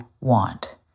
want